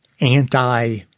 anti